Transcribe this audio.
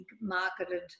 marketed